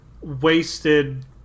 wasted